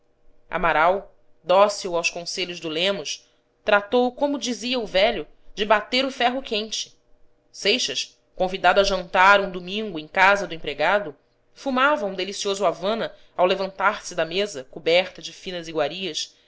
amaral dócil aos conselhos do lemos tratou como dizia o velho de bater o ferro quente seixas convidado a jantar um domingo em casa do empregado fumava um delicioso havana ao levantar-se da mesa coberta de finas iguarias